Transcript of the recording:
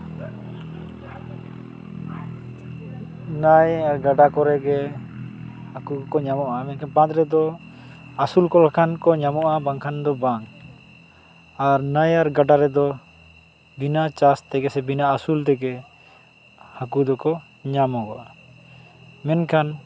ᱱᱟᱹᱭ ᱜᱟᱰᱟ ᱠᱚᱨᱮ ᱜᱮ ᱦᱟᱹᱠᱩ ᱠᱚᱠᱚ ᱧᱟᱢᱚᱜᱼᱟ ᱢᱮᱱᱠᱷᱟᱱ ᱵᱟᱸᱫᱽ ᱨᱮᱫᱚ ᱟᱹᱥᱩᱞ ᱠᱚ ᱞᱮᱠᱷᱟᱱ ᱠᱚ ᱧᱟᱢᱚᱜᱼᱟ ᱵᱟᱝᱠᱷᱟᱱ ᱫᱚ ᱵᱟᱝ ᱟᱨ ᱱᱟᱹᱭ ᱟᱨ ᱜᱟᱰᱟ ᱨᱮᱫᱚ ᱵᱤᱱᱟᱹ ᱪᱟᱥ ᱛᱮᱜᱮ ᱥᱮ ᱵᱤᱱᱟᱹ ᱟᱥᱩᱞ ᱛᱮᱜᱮ ᱦᱟᱹᱠᱩ ᱫᱚᱠᱚ ᱧᱟᱢᱚᱜᱚᱜᱼᱟ ᱢᱮᱱᱠᱷᱟᱱ